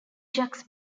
jacques